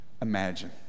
imagine